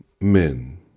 men